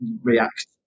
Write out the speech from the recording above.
react